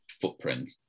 footprint